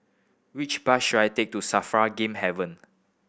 which bus should I take to SAFRA Game Haven